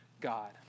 God